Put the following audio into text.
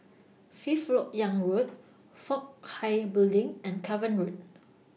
Fifth Lok Yang Road Fook Hai Building and Cavan Road